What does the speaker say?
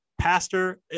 Pastor